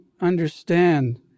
understand